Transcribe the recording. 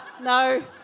no